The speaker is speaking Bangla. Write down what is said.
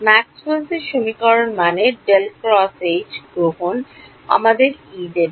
ম্যাক্সওয়েলেরMaxwells সমীকরণ মানে গ্রহণ আমাকে দেবে